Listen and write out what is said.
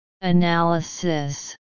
Analysis